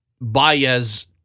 Baez